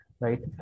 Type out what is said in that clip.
Right